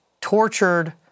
tortured